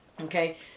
Okay